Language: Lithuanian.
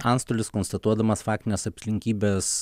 antstolis konstatuodamas faktines aplinkybes